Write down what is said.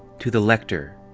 to the lector.